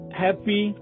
happy